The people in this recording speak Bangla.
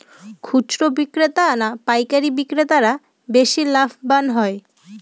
খুচরো বিক্রেতা না পাইকারী বিক্রেতারা বেশি লাভবান হয়?